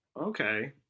okay